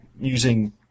Using